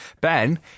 Ben